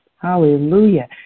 Hallelujah